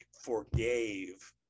forgave